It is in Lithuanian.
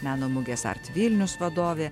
meno mugės art vilnius vadovė